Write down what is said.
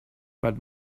but